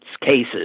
cases